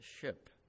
ship